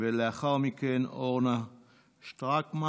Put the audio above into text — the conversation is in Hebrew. ולאחר מכן של אורנה שְׁטְרָקְמָן.